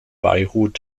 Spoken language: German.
beirut